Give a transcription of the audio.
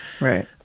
Right